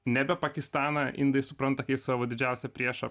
nebe pakistaną indai supranta kaip savo didžiausią priešą